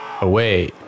away